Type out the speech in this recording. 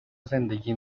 زندگی